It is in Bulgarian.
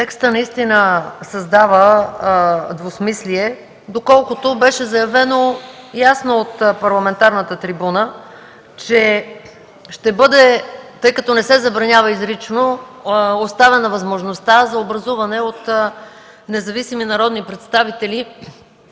Текстът наистина създава двусмислие, доколкото беше заявено ясно от парламентарната трибуна, че ще бъде, тъй като не се забранява изрично, оставена възможността за образуване от независими народни представители